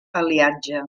aliatge